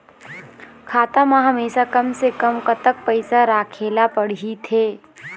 खाता मा हमेशा कम से कम कतक पैसा राखेला पड़ही थे?